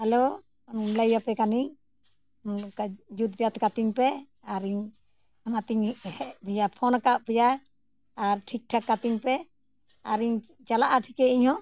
hello ᱞᱟᱹᱭᱟᱯᱮ ᱠᱟᱹᱱᱤᱧ ᱡᱩᱛ ᱡᱟᱛ ᱠᱟᱹᱛᱤᱧ ᱯᱮ ᱟᱨᱤᱧ ᱚᱱᱟᱛᱤᱧ ᱦᱮᱡ ᱯᱮᱭᱟ ᱯᱷᱳᱱ ᱟᱠᱟᱫ ᱯᱮᱭᱟ ᱟᱨ ᱴᱷᱤᱠ ᱴᱷᱟᱠ ᱠᱟᱹᱛᱤᱧ ᱯᱮ ᱟᱨᱤᱧ ᱪᱟᱞᱟᱜᱼᱟ ᱴᱷᱤᱠᱟᱹ ᱤᱧ ᱦᱚᱸ